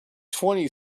twenty